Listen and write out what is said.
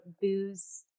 booze